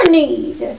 need